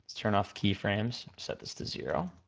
turn off keyframes, set this to zero.